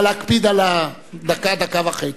נא להקפיד על הדקה דקה-וחצי.